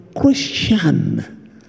Christian